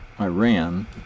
Iran